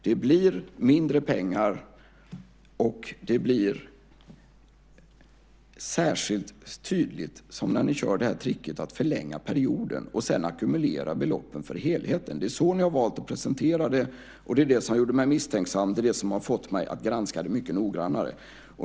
Det blir mindre pengar, och det blir särskilt tydligt när ni kör det här tricket att förlänga perioden och sedan ackumulera beloppen för helheten. Det är så ni har valt att presentera det, och det var det som gjorde mig misstänksam. Det är det som har fått mig att granska det mycket noggrannare.